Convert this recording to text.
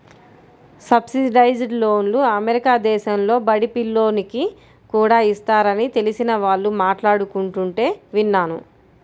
subsidised లోన్లు America దేశంలో బడి పిల్లోనికి కూడా ఇస్తారని తెలిసిన వాళ్ళు మాట్లాడుకుంటుంటే విన్నాను